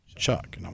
Chuck